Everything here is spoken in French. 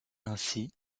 ainsi